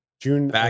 June